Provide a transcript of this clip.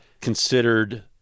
considered